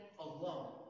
alone